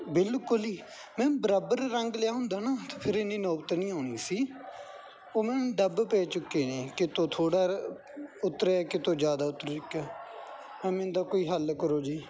ਬਿਲਕੁਲ ਹੀ ਮੈਮ ਬਰਾਬਰ ਰੰਗ ਲਿਆ ਹੁੰਦਾ ਨਾ ਫਿਰ ਇੰਨੀ ਨੋਬਤ ਨਹੀਂ ਆਉਣੀ ਸੀ ਉਹਨਾਂ ਨੂੰ ਡੱਬ ਪੈ ਚੁੱਕੇ ਨੇ ਕਿਤੋਂ ਥੋੜ੍ਹਾ ਉਤਰਿਆ ਕਿਤੋਂ ਜ਼ਿਆਦਾ ਉਤਰਿਆ ਚੁਕਿਆ ਮੈਮ ਇਹਨਾਂ ਦਾ ਕੋਈ ਹੱਲ ਕਰੋ ਜੀ